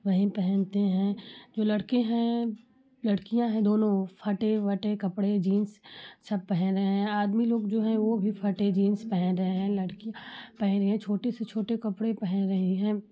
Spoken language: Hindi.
वही पहनते हैं जो लड़के हैं लड़कियाँ हैं दोनों फटे वटे कपड़े जीन्स सब पहन रहे हैं आदमी लोग जो हैं वह भी फटे जीन्स पहन रहे हैं लड़कियाँ पहन रही हैं छोटे से छोटे कपड़े पहन रही हैं